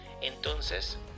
Entonces